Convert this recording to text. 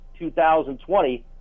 2020